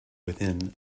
within